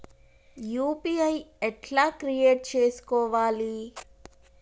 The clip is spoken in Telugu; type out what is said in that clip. యూ.పీ.ఐ ఎట్లా క్రియేట్ చేసుకోవాలి?